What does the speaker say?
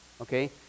Okay